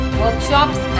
workshops